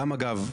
גם אגב,